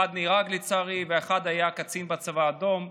אחד נהרג לצערי ואחד היה קצין בצבא האדום,